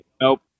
nope